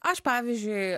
aš pavyzdžiui